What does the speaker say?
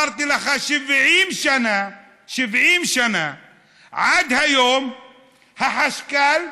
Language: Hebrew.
נו, אז מה הבעיה?